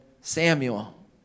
Samuel